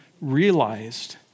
realized